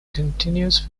continuous